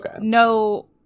no